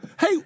Hey